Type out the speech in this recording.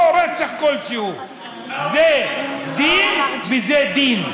או רצח כלשהו זה דין וזה דין.